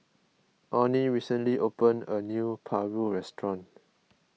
Onnie recently opened a new Paru restaurant